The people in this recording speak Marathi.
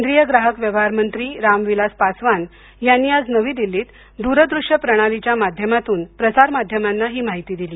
केंद्रीय ग्राहक व्यवहार मंत्री राम विलास पासवान यांनी आज नवी दिल्लीत दुरदृष्य प्रणालीच्या माध्यमातून प्रसार माध्यमांना ही माहिती दिली